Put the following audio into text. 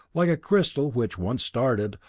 like a crystal which, once started,